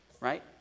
right